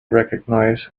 recognize